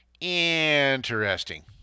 Interesting